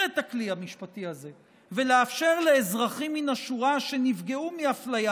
את הכלי המשפטי הזה ולאפשר לאזרחים מן השורה שנפגעו מאפליה